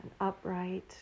upright